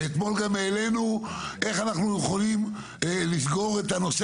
ואתמול גם העלנו איך אנחנו יכולים לסגור את הנושא